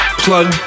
plug